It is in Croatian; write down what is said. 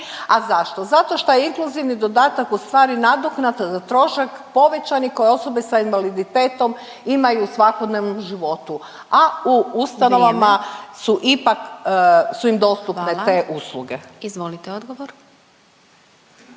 A zašto? Zato što je inkluzivni dodatak u stvari nadoknada za trošak povećani koje osobe sa invaliditetom imaju u svakodnevnom životu … …/Upadica Glasovac: Vrijeme./… … a u ustanovama